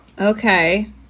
Okay